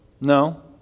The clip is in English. No